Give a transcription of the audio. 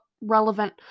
relevant